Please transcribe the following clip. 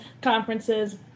conferences